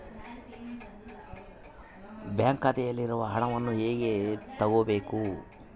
Bank ಖಾತೆಯಲ್ಲಿರುವ ಹಣವನ್ನು ಹೇಗೆ ತಗೋಬೇಕು?